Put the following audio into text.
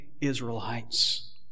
Israelites